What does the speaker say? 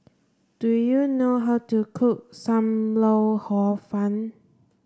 do you know how to cook Sam Lau Hor Fun